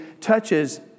touches